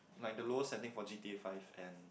like the lower setting for G_T_A five and